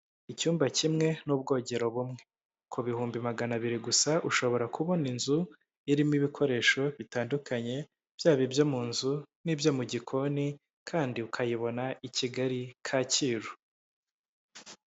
Icyumba kimwe n'ubwogero bumwe. Ku bihumbi magana abiri gusa ushobora kubona inzu irimo ibikoresho bitandukanye, byaba ibyo mu nzu n'ibyo mu gikoni kandi ukayibona i Kigali Kacyiru.